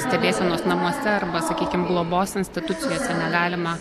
stebėsenos namuose arba sakykim globos institucijose negalima